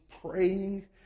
praying